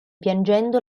piangendo